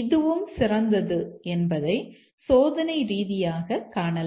இதுவும் சிறந்தது என்பதை சோதனை ரீதியாகக் காணலாம்